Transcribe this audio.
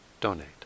donate